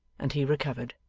and he recovered.